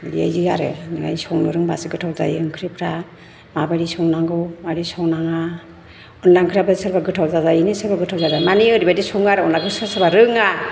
बेबायदि आरो ओमफ्राय संनो रोंबासो गोथाव जायो ओंख्रिफ्रा माबायदि संनांगौ मारै संनाङा अनला ओंख्रियाबो सोरबा गोथाव जाजायोनो सोरबा गोथाव जाजाया माने ओरैबायदि सङो आरो अनलाखौ सोरबा सोरबा रोङा